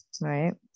Right